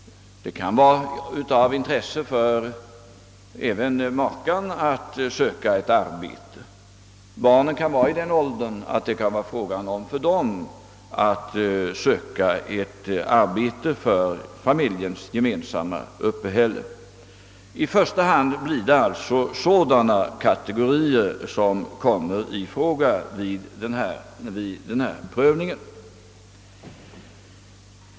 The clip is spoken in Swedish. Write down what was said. Det kan vara av intresse för makan att söka arbete här och barnen befinner sig kanske i den åldern att det för dem är aktuellt att söka bidraga till familjens gemensamma uppehälle. I första hand är det sådana kategorier som skulle komma i fråga vid en dylik prövning.